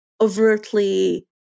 overtly